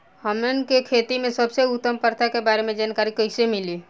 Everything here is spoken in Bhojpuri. हमन के खेती में सबसे उत्तम प्रथा के बारे में जानकारी कैसे मिली?